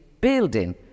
building